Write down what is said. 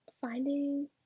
finding